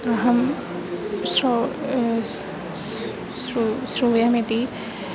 अहं श्रो श् श्रुतमिति